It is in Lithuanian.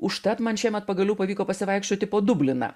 užtat man šiemet pagaliau pavyko pasivaikščioti po dubliną